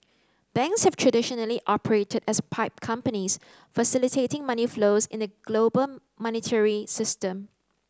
banks have traditionally operated as pipe companies facilitating money flows in the global monetary system